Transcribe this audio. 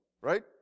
right